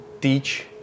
teach